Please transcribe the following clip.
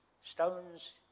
stones